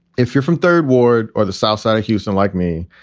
if you're from third ward or the south side of houston, like me,